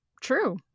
true